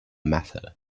matter